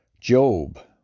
Job